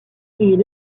est